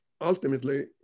ultimately